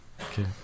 Okay